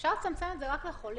אפשר לצמצם את זה רק לחולים.